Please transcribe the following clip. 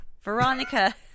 Veronica